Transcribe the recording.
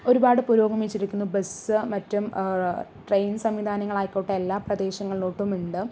ഒരുപാട് പുരോഗമിച്ചിരിക്കുന്നു ബസ് മറ്റും ട്രെയിൻ സംവിധാനങ്ങളായിക്കോട്ടെ എല്ലാ പ്രദേശങ്ങളിലോട്ടും ഉണ്ട്